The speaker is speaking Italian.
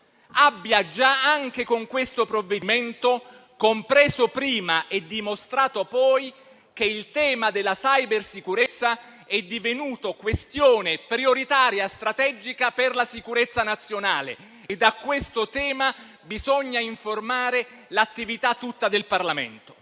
abbia già, anche con questo provvedimento, compreso prima e dimostrato poi che il tema della cybersicurezza è divenuto questione prioritaria e strategica per la sicurezza nazionale ed a questo tema bisogna informare l'attività tutta del Parlamento.